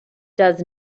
does